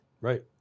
Right